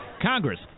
Congress